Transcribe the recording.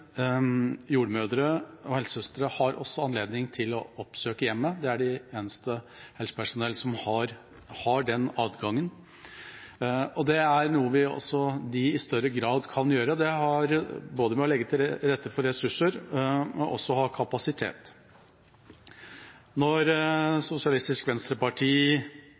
jordmødre og helsesøstre har også anledning til å oppsøke hjemmet. De er det eneste helsepersonellet som har den adgangen, og det er noe de i større grad kan gjøre. Det har å gjøre med å legge til rette med ressurser og også å ha kapasitet. Når Sosialistisk Venstreparti